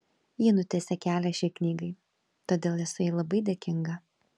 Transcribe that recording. ji nutiesė kelią šiai knygai todėl esu jai labai dėkinga